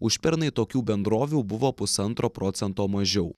užpernai tokių bendrovių buvo pusantro procento mažiau